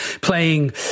playing